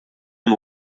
and